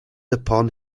upon